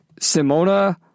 Simona